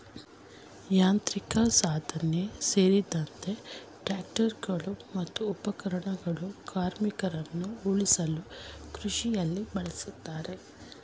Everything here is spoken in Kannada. ಯಾಂತ್ರಿಕಸಾಧನ ಸೇರ್ದಂತೆ ಟ್ರಾಕ್ಟರ್ಗಳು ಮತ್ತು ಉಪಕರಣಗಳು ಕಾರ್ಮಿಕರನ್ನ ಉಳಿಸಲು ಕೃಷಿಲಿ ಬಳುಸ್ತಾರೆ